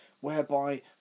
whereby